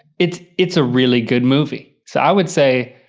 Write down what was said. it's it's a really good movie. so i would say